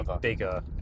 bigger